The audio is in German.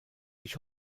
ich